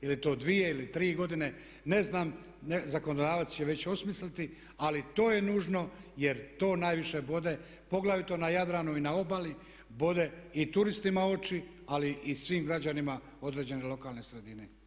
Je li to dvije ili tri godine ne znam, zakonodavac će već osmisliti ali to je nužno jer to najviše bode poglavito na Jadranu i na obali bode i turistima oči ali i svim građanima određene lokalne sredine.